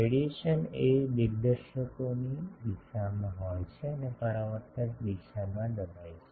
radiation એ દિગ્દર્શકોની દિશામાં હોય છે અને પરાવર્તક દિશામાં દબાય છે